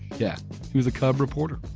yeah he was a cub reporter